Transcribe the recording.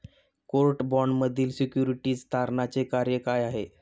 Court बाँडमधील securities तारणाचे कार्य काय आहे?